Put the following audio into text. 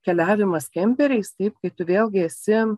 keliavimas kemperiais taip kaip tu vėlgi esi